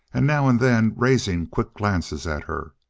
and now and then raising quick glances at her.